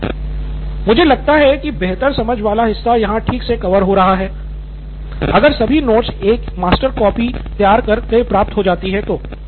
निथिन कुरियन मुझे लगता है कि बेहतर समझ वाला हिस्सा यहाँ ठीक से कवर होगा अगर सभी नोट्स की एक मास्टर कॉपी तैयार कर प्राप्त हो जाती है